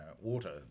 water